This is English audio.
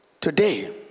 today